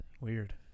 Weird